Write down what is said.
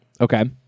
Okay